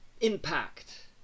impact